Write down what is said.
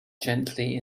gently